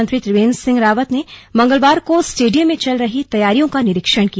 मुख्यमंत्री त्रिवेन्द्र सिंह ने मंगलवार को स्टेडियम में चल रही तैयारियों का निरीक्षण किया